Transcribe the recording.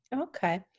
Okay